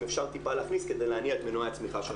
אפשר טיפה להכניס כדי להניע את מנועי הצמיחה של המשק.